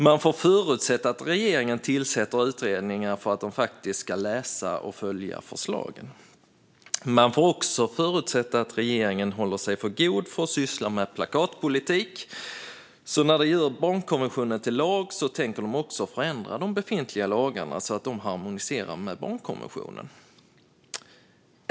Man får förutsätta att regeringen tillsätter utredningar för att regeringen faktiskt ska läsa och följa förslagen. Man får också förutsätta att regeringen håller sig för god för att syssla med plakatpolitik och att de när de gör bankonventionen till lag också tänker förändra de befintliga lagarna så att de harmonierar med barnkonventionen.